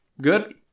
good